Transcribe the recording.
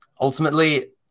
Ultimately